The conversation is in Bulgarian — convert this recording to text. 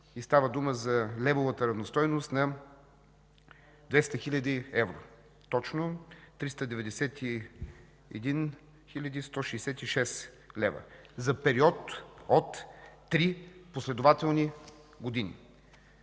и става дума за левовата равностойност на 200 хил. евро. Точно 391 166 лв. за период от три последователни години.